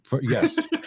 Yes